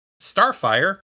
Starfire